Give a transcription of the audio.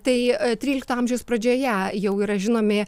tai trylikto amžiaus pradžioje jau yra žinomi